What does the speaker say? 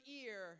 ear